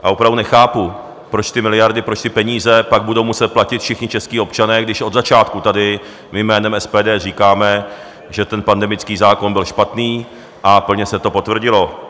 A opravdu nechápu, proč ty miliardy, proč ty peníze pak budou muset platit všichni čeští občané, když od začátku tady my jménem SPD říkáme, že ten pandemický zákon byl špatný, a plně se to potvrdilo.